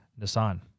Nissan